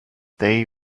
they